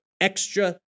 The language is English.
extra